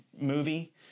movie